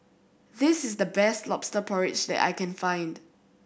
this is the best Lobster Porridge that I can find